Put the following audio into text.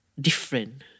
Different